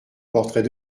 portrait